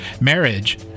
Marriage